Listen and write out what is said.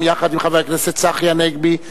יחד עם חבר הכנסת צחי הנגבי,